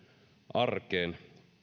arkeen